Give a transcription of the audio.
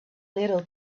little